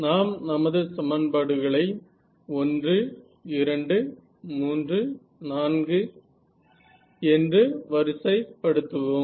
நாம் நமது சமன்பாடுகளை 1 2 3 4 என்று வரிசைப்படுத்துவோம்